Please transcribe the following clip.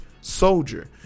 soldier